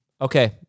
Okay